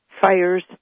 fires